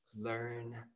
learn